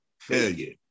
failure